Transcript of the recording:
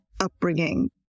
upbringing